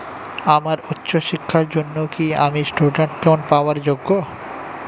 আমার উচ্চ শিক্ষার জন্য কি আমি স্টুডেন্ট লোন পাওয়ার যোগ্য?